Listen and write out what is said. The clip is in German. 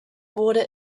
wurde